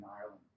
Ireland